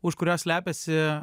už kurio slepiasi